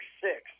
six